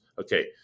Okay